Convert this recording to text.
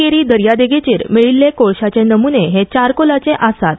केरी दर्यादेगेचेर मेळील्ले कोळशाचे नम्ने हे चारकोलाचे आसात